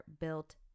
built